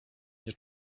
nie